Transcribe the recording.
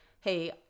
Hey